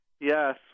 Yes